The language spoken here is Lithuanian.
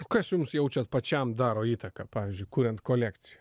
kas jums jaučiat pačiam daro įtaką pavyzdžiui kuriant kolekciją